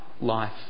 life